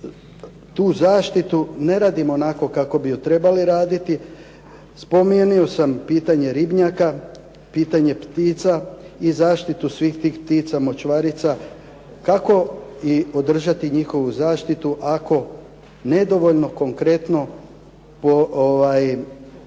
tu zaštitu ne radimo onako kako bi trebali raditi. Spomenuo sam pitanje ribnjaka, pitanje ptica i zaštitu svih tih ptica močvarica kako i održati njihovu zaštitu ako nedovoljno konkretno radimo